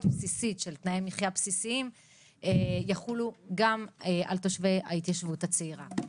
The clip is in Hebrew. בסיסית של תנאי מחייה בסיסיים יחולו גם על תושבי ההתיישבות הצעירה.